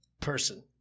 person